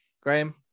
Graham